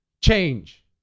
Change